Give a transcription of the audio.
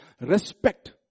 Respect